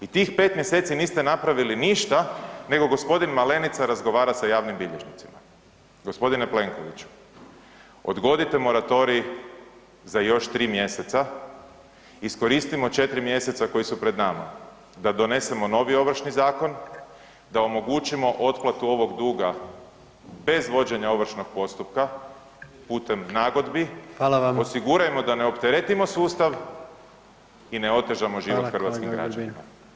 I tih 5 mjeseci niste napravili ništa nego g. Malenica razgovara sa javnim bilježnicima. g. Plenkoviću, odgodite moratorij za još 3 mjeseca, iskoristimo 4 mjeseca koji su pred nama da donesemo novi Ovršni zakon da omogućimo otplatu ovog duga bez vođenja ovršnog postupka putem nagodbi [[Upadica: Hvala vam.]] osigurajmo da ne opteretimo sustav i ne otežamo život hrvatskim [[Upadica: Hvala kolega Grbin.]] građanima.